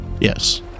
Yes